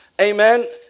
amen